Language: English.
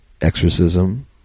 Exorcism